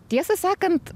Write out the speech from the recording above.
tiesą sakant